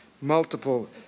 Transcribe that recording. Multiple